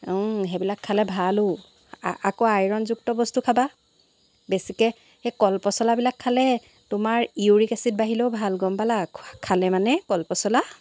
সেইবিলাক খালে ভালো আকৌ আইৰণযুক্ত বস্তু খাবা বেছিকৈ সেই কলপচলাবিলাক খালে তোমাৰ ইউৰিক এচিড বাঢ়িলেও ভাল গম পালা খালে মানে কলপচলা